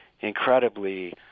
incredibly